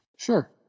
Sure